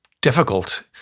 difficult